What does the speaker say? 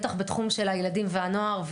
בטח בתחום של הילדים והנוער,